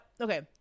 Okay